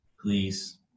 Please